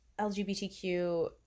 LGBTQ